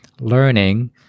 learning